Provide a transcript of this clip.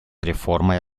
реформой